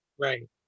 Right